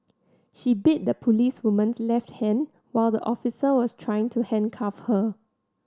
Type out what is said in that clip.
she bit the policewoman's left hand while the officer was trying to handcuff her